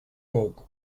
dead